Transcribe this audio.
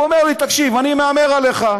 הוא אומר לי: תקשיב, אני מהמר עליך.